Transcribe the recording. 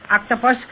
Octopus